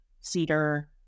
cedar